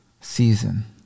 season